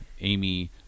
amy